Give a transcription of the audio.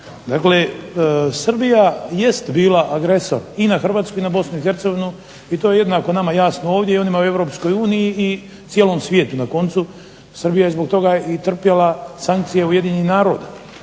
Dakle, Srbija jest bila agresor i na HRvatsku i BiH i to je jednako nama jasno ovdje, ali i onima u EU i cijelom svijetu. Na koncu Srbija je zbog toga trpjela sankcije UN-a ali isto